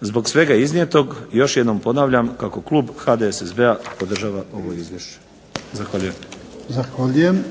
Zbog svega iznijetog još jednom ponavljam kako klub HDSSB-a podržava ovo izvješće. Zahvaljujem.